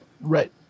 Right